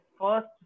first